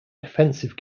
defensive